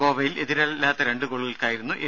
ഗോവയിൽ എതിരില്ലാത്ത രണ്ടു ഗോളുകൾക്കായിരുന്നു എ